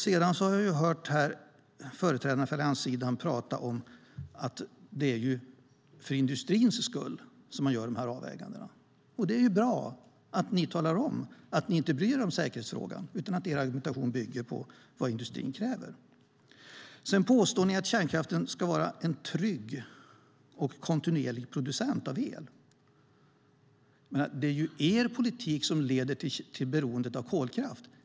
Sedan har jag ju hört företrädarna för allianssidan prata om att det är för industrins skull man gör de här avvägningarna. Det är bra att ni talar om att ni inte bryr er om säkerhetsfrågan, utan att er argumentation bygger på vad industrin kräver. Sedan påstår ni att kärnkraften ska vara en trygg och kontinuerlig producent av el. Det är ju er politik som leder till beroendet av kolkraft.